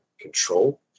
control